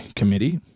committee